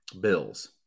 Bills